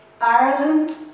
Ireland